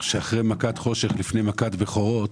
שאחרי מכת חושך, לפני מכת בכורות,